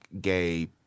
gay